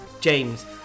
James